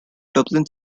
dublin